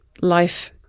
life